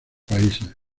países